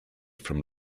from